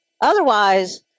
Otherwise